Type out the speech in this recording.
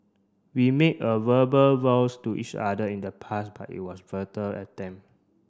we made a verbal vows to each other in the past but it was a futile attempt